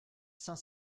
cinq